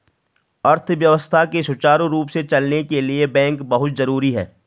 अर्थव्यवस्था के सुचारु रूप से चलने के लिए बैंक बहुत जरुरी हैं